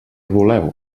voleu